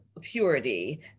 purity